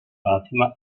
fatima